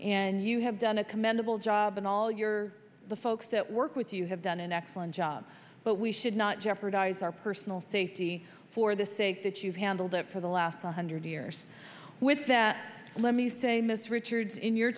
and you have done a commendable job and all your the folks that work with you have done an excellent job but we should not jeopardize our personal safety for the sake that you've handled it for the last one hundred years with that let me say miss richards in your